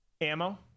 ammo